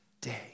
day